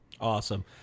Awesome